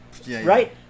right